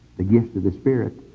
the gifts of the spirit,